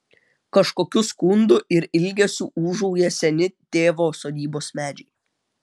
kažkokiu skundu ir ilgesiu ūžauja seni tėvo sodybos medžiai